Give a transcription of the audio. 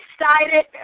excited